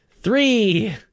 three